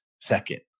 second